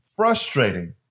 frustrating